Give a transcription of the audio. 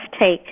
take